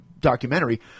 documentary